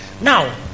Now